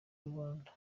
rubanda